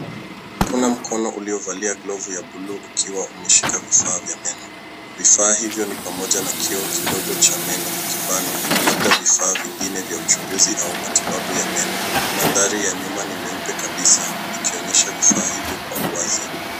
Kuna mkono uliovalia glevi ya bluu ukiwa umeshika vifaa vya meno. Vifaa hivyo ni pamoja na kioo kidogo cha meno, kibano na labda vifaa vingine vya uchunguzi au matibabu ya meno. Mandhari ya nyuma ni meupe kabisa ikionyesha vifaa hivyo kwa uwazi.